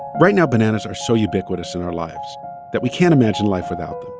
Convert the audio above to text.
right now bananas are so ubiquitous in our lives that we can't imagine life without but